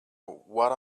what